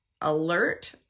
alert